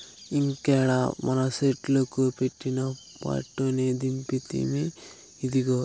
ఇంకేడ మనసెట్లుకు పెట్టిన పట్టుని దింపితిమి, ఇదిగో